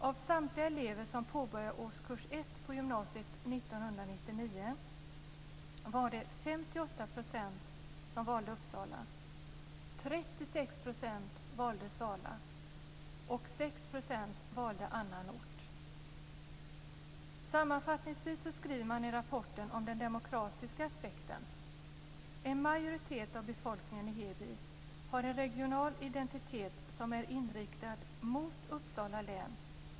Av samtliga elever som påbörjade årskurs 1 på gymnasiet 1999 var det 58 % som valde Uppsala, 36 % som valde Sala och 6 % som valde annan ort. Sammanfattningsvis skriver man i rapporten om den demokratiska aspekten: En majoritet av befolkningen i Heby har en regional identitet som är inriktad mot Uppsala län.